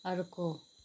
अर्को